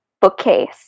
bookcase